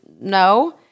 no